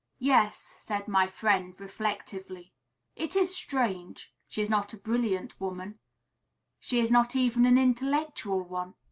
yes, said my friend, reflectively it is strange. she is not a brilliant woman she is not even an intellectual one